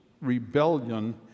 rebellion